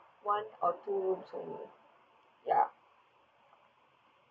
one or two rooms only ya